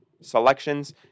selections